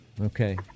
Okay